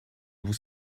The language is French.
vous